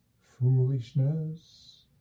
foolishness